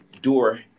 door